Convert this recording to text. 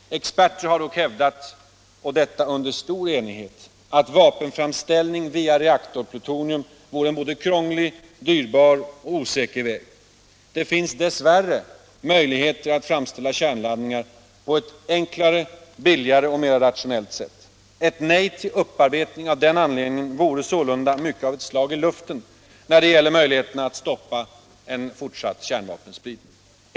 Experter har dock hävdat — och detta under stor enighet — att vapenframställning via reaktorplutonium vore en både krånglig, dyrbar och 65 osäker väg. Det finns dess värre möjligheter att framställa kärnkraftsladdningar på ett enklare, billigare och mera rationellt sätt. Ett nej till upparbetning av den anledningen vore sålunda mycket av ett slag i luften när det gäller möjligheterna att stoppa en fortsatt kärnvapenspridning.